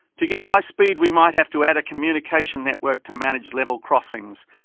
to get high speed we might have to add a communication network to manage level crossings,